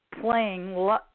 playing